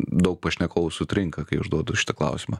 daug pašnekovų sutrinka kai užduodu šitą klausimą